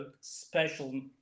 special